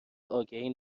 آگهی